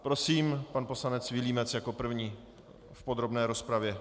Prosím, pan poslanec Vilímec jako první v podrobné rozpravě.